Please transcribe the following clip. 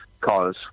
cause